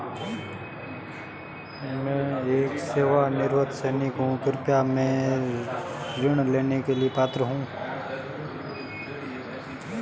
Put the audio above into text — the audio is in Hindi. मैं एक सेवानिवृत्त सैनिक हूँ क्या मैं ऋण लेने के लिए पात्र हूँ?